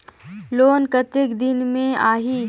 Loan कतेक दिन मे आही?